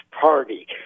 party